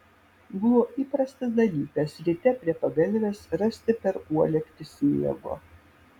buvo įprastas dalykas ryte prie pagalvės rasti per uolektį sniego